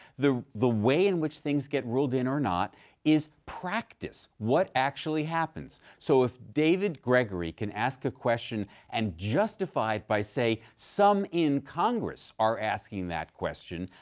the the way in which things get ruled in or not is practice. what actually happens? so if david gregory can ask a question and justify it by say, some in congress are asking that question,